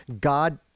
God